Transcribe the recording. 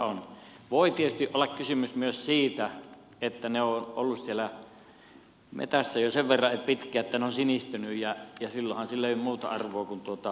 voi tietysti olla kysymys myös siitä että ne ovat olleet siellä metsässä jo sen verran pitkään että ne ovat sinistyneet ja silloinhan sille ei ole muuta arvoa kuin haketuksen arvo